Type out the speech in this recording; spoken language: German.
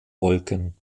wolken